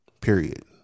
period